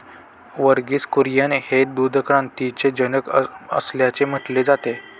वर्गीस कुरियन हे दूध क्रांतीचे जनक असल्याचे म्हटले जाते